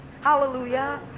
hallelujah